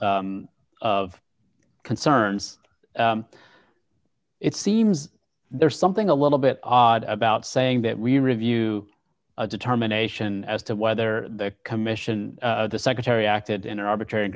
of of concerns it seems there's something a little bit odd about saying that we review a determination as to whether the commission the secretary acted in an arbitrary